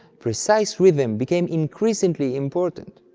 precise rhythm became increasingly important.